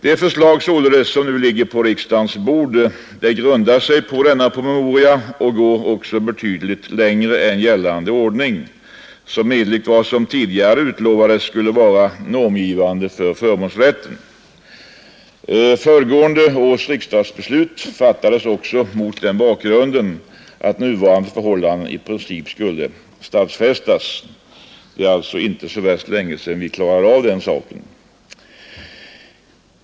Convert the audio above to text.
Det förslag som således nu ligger på riksdagens bord grundar sig på denna promemoria, men det går även betydligt längre än nu gällande ordning, som =— enligt vad som tidigare utlovades — skulle vara normgivande för förmånsrätten. Föregående års riksdagsbeslut fattades också mot den bakgrunden, att nuvarande förhållanden i princip skulle stadfästas. — Det är alltså inte så värst länge sedan vi klarade av den saken.